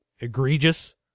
egregious